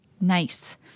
Nice